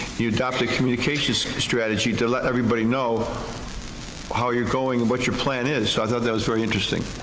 you adopt a communications strategy to let everybody know how you're going and what your plan is, so i thought that was very interesting.